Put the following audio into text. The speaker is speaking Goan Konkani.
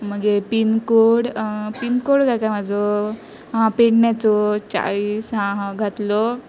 मागीर पिनकोड पिनकोड जाता म्हजो हां पेडण्याचो चाळीस हा हा घातलो